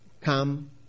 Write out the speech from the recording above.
Come